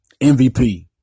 MVP